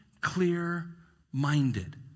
clear-minded